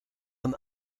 een